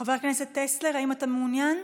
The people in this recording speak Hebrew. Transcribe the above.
חבר הכנסת טסלר, האם אתה מעוניין?